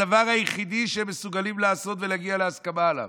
הדבר היחידי שהם מסוגלים לעשות ולהגיע להסכמה עליו.